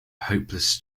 hopeless